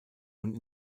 und